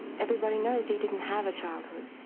everybody knows he didn't have a childhood.